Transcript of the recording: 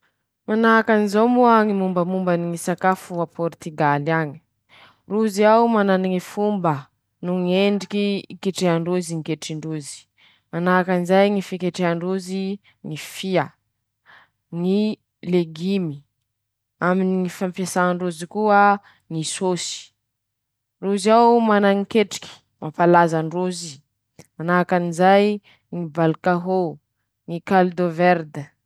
Manahakan'izao moa Ñy mombamomba ny sakafo a Pôritigaly añy: Rozy ao mana ñy fomba no ñy endriky iketrehandrozy ñy ketrindrozy, manahakanjay ñy fiketrehandrozy ñy fia, ñy legimy, aminy ñy fampiasà ndrozy koa ñy sôsy, rozy ao mana ñy ketriky mampalaza androzy5, manahakan'izay ñy balikahôo, ñy kalideveride.